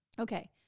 Okay